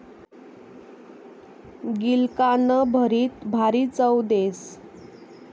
गिलकानं भरीत भारी चव देस